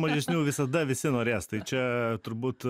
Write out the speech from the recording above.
mažesnių visada visi norės tai čia turbūt